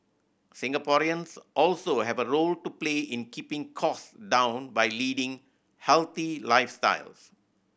Singaporeans also have a role to play in keeping cost down by leading healthy lifestyles